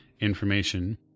information